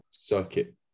circuit